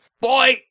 boy